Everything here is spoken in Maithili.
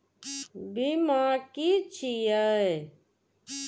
बीमा की छी ये?